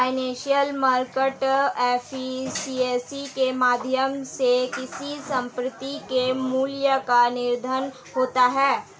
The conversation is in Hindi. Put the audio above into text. फाइनेंशियल मार्केट एफिशिएंसी के माध्यम से किसी संपत्ति के मूल्य का निर्धारण होता है